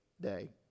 day